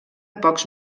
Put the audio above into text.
pocs